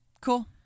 Cool